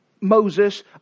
Moses